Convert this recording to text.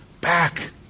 back